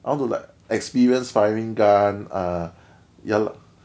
I want to like experience firing gun ah ya lah